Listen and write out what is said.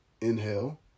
inhale